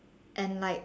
and like